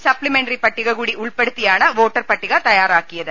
സപ്തിമെന്ററി പട്ടിക കൂടി ഉൾപ്പെടുത്തിയാണ് വോട്ടർപട്ടിക തയാറാക്കിയത്